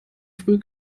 früh